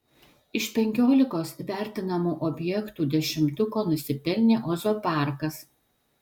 iš penkiolikos vertinamų objektų dešimtuko nusipelnė ozo parkas